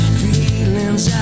feelings